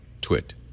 twit